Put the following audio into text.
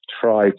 try